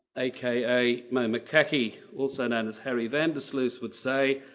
aka, moma khaki also known as harry van der sluis would say,